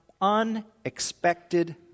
unexpected